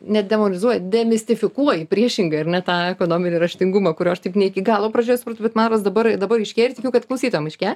nedemonizuoji demistifikuoji priešingai ar ne tą ekonominį raštingumą kurio aš taip ne iki galo pradžioj supratau bet man rods dabar dabar aiškėja ir tikiu kad klausytojam aiškėja